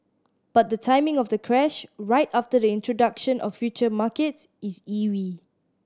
but the timing of the crash right after the introduction of future markets is eerie